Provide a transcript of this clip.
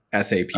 SAP